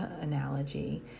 analogy